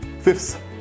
Fifth